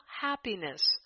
happiness